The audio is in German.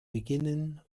beginnen